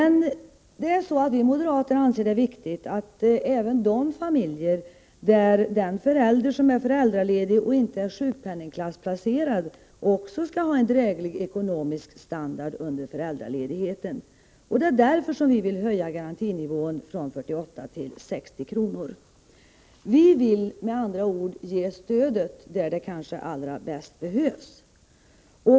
Vi moderater anser det viktigt att även familjer där den förälder som är föräldraledig inte är sjukpenningklassplacerad skall ha en dräglig ekonomisk standard under föräldraledigheten. Det är därför vi vill höja garantinivån från 48 till 60 kr. Vi vill med andra ord ge stödet där det kanske allra bäst behövs.